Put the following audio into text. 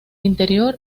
interior